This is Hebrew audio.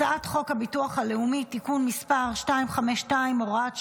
הצעת חוק הביטוח הלאומי (תיקון מס' 252 והוראת שעה),